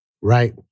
Right